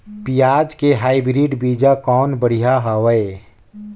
पियाज के हाईब्रिड बीजा कौन बढ़िया हवय?